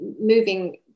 moving